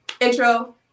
intro